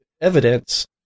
evidence